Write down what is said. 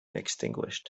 extinguished